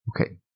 Okay